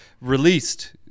released